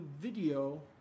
video